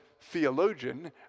theologian